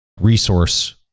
resource